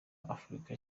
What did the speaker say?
afurika